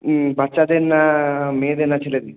হ্যাঁ বাচ্চাদের না মেয়েদের না ছেলেদের